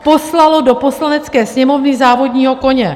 Poslalo do Poslanecké sněmovny závodního koně.